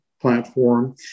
platform